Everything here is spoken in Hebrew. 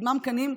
במה מקנאים?